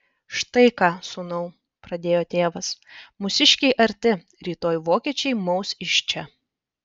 štai ką sūnau pradėjo tėvas mūsiškiai arti rytoj vokiečiai maus iš čia